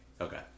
Okay